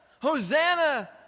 Hosanna